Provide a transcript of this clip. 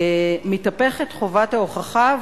מתהפכת חובת ההוכחה,